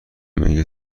مگه